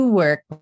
work